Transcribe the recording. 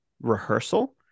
rehearsal